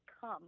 come